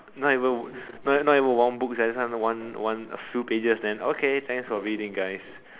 not even not even one book sia this one one a few pages okay thanks for reading guys